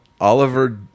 oliver